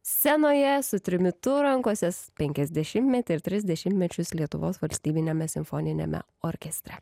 scenoje su trimitu rankose penkiasdešimtmetį ir tris dešimtmečius lietuvos valstybiniame simfoniniame orkestre